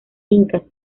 incas